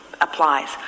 applies